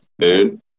dude